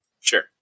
Sure